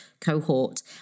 cohort